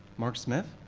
mark smith.